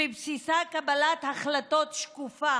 שבבסיסה קבלת ההחלטות שקופה,